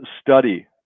study